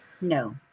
No